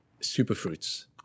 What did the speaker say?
superfruits